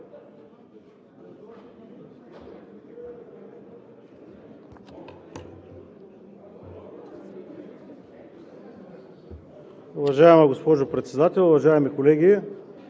Уважаема госпожо Председател, уважаеми колеги!